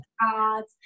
cards